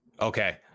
Okay